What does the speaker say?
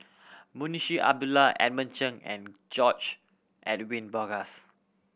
Munshi Abdullah Edmund Cheng and George Edwin Bogaars